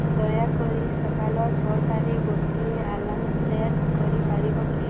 ଦୟାକରି ସକାଳ ଛଅଟାରେ ଗୋଟିଏ ଆଲାର୍ମ୍ ସେଟ୍ କରିପାରିବ କି